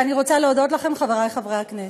אני רוצה להודות לכם, חברי חברי הכנסת.